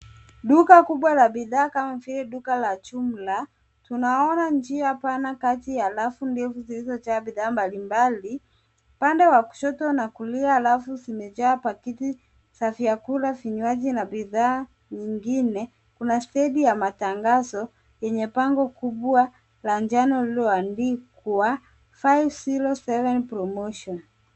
Duka kubwa la bidhaa kama vile duka la jumla, tunaona njia pana kati ya rafu ndefu zilizojaa bidhaa mbalimbali. Upande wa kushoto na kulia, rafu zimejaa pakiti za vyakula, vinywaji na bidhaa nyingine. Kuna stendi ya matangazo yenye bango kubwa la njano lililoandikwa five zero seven promotion .